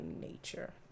nature